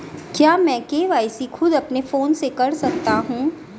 क्या मैं के.वाई.सी खुद अपने फोन से कर सकता हूँ?